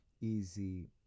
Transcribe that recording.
easy